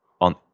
on